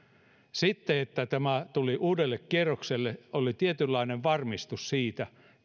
se että tämä tuli uudelle kierrokselle oli tietynlainen varmistus siitä